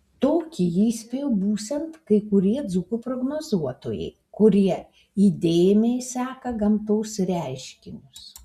tokį jį įspėjo būsiant kai kurie dzūkų prognozuotojai kurie įdėmiai seka gamtos reiškinius